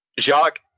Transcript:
Jacques